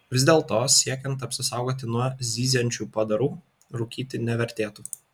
vis dėlto siekiant apsisaugoti nuo zyziančių padarų rūkyti nevertėtų